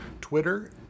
Twitter